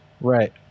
Right